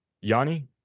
Yanni